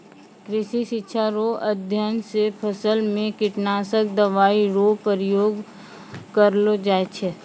कृषि शिक्षा रो अध्ययन से फसल मे कीटनाशक दवाई रो प्रयोग करलो जाय छै